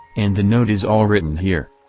and the note is all written here.